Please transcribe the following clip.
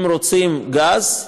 אם רוצים גז,